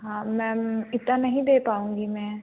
हाँ मैम इतना नहीं दे पाऊँगी मैं